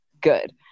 good